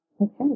Okay